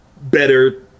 better